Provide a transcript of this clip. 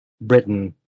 Britain